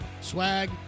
Swag